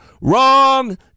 Wrong